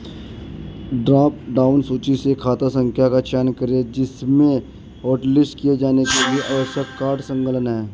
drop down सूची से खाता संख्या का चयन करें जिसमें हॉटलिस्ट किए जाने के लिए आवश्यक कार्ड संलग्न है